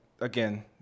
again